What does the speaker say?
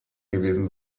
gewesen